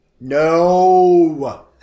No